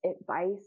advice